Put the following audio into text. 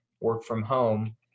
work-from-home